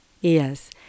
Yes